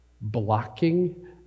Blocking